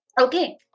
Okay